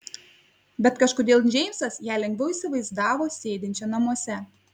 bet kažkodėl džeimsas ją lengviau įsivaizdavo sėdinčią namuose